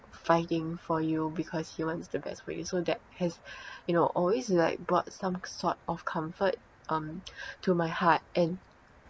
fighting for you because he wants the best for you so that has you know always like brought some sort of comfort um to my heart and